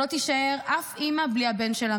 שלא יישארו אף אימא מאחור בלי הבן שלה,